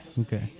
Okay